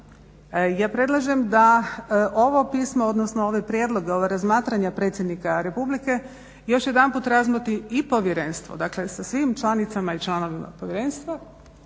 Ja predlažem da ovo pismo, odnosno ove prijedloge, ova razmatranja predsjednika Republike još jedanput razmotri i povjerenstvo, dakle sa svim članicama i članovima povjerenstva,